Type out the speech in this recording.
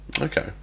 Okay